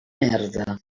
merda